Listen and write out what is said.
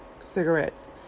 cigarettes